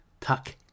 Tuck